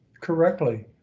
correctly